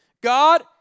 God